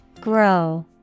Grow